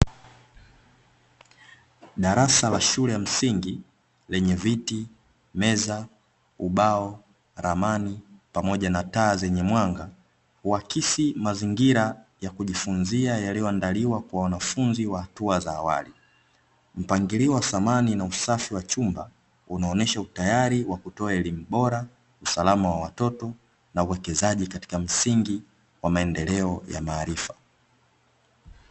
Darasa la shule ya msingi lenye viti, meza, ubao, ramani pamoja na taa zenye mwanga. Huakisi mazingira ya kujifunzia yaliyoandaliwa kwa wanafunzi wa hatua za awali. Mpangilio wa samani na usafi wa chumba, unaonyesha utayari wa kutoa elimu bora, usalama wa watoto, na uwekezaji katika msingi wa maendeleo ya maarifa.